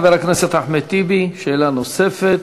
חבר הכנסת אחמד טיבי, שאלה נוספת.